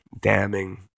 damning